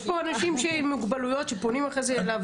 יש פה אנשים עם מוגבלויות שפונים אחרי זה לוועדה.